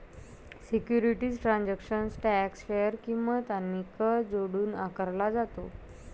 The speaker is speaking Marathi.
सिक्युरिटीज ट्रान्झॅक्शन टॅक्स शेअर किंमत आणि कर जोडून आकारला जातो